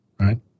Right